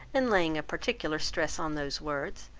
and laying a particular stress on those words,